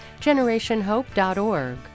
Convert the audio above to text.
Generationhope.org